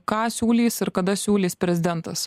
ką siūlys ir kada siūlys prezidentas